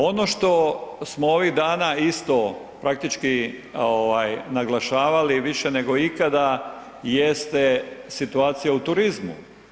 Ono što smo ovih dana isto praktički naglašavali, više nego ikada jeste situacija u turizmu.